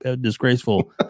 disgraceful